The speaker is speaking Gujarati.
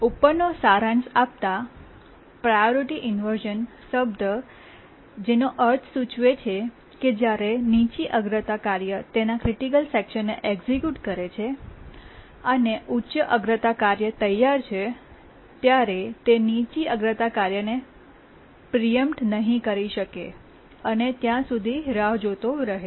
ઉપરનો સારાંશ આપતા પ્રાયોરિટી ઇન્વર્શ઼ન શબ્દ જેનો અર્થ સૂચવે છે કે જ્યારે નીચી અગ્રતા કાર્ય તેના ક્રિટિકલ સેકશનને એક્સિક્યૂટ કરે છે અને ઉચ્ચ અગ્રતા કાર્ય તૈયાર છે ત્યારે તે નીચી અગ્રતા કાર્ય પ્રીએમ્પ્ટ નહીં થાય ત્યાં સુધી રાહ જોતા રહે છે